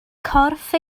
corff